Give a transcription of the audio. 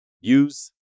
use